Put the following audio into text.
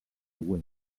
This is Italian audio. web